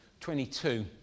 22